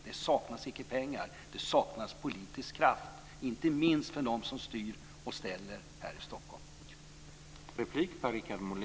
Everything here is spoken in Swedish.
Det saknas icke pengar, det saknas politisk kraft - inte minst hos dem som styr och ställer här i Stockholm.